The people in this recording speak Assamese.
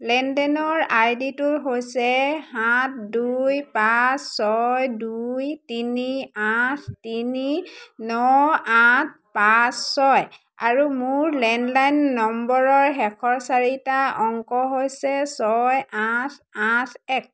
লেনদেনৰ আইডিটো হৈছে সাত দুই পাঁচ ছয় দুই তিনি আঠ তিনি ন আঠ পাঁচ ছয় আৰু মোৰ লেণ্ডলাইন নম্বৰৰ শেষৰ চাৰিটা অংক হৈছে ছয় আঠ আঠ এক